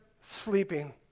sleeping